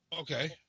Okay